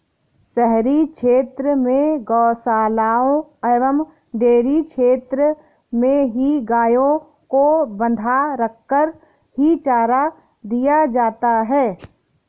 शहरी क्षेत्र में गोशालाओं एवं डेयरी क्षेत्र में ही गायों को बँधा रखकर ही चारा दिया जाता है